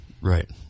Right